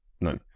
No